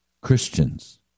Christians